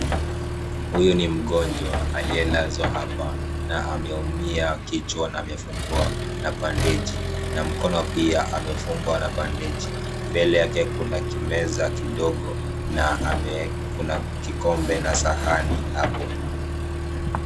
Huyu ni mgonjwa aliyelazwa hapa na ameumia kichwa na amefungwa na bandeji na mkono pia amefungwa na bandeji. Mbele yake kuna kimeza kidogo na kuna kikombe na sahani hapo.